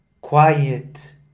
quiet